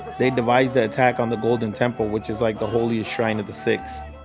they devised the attack on the golden temple, which is like the holiest shrine of the sikhs.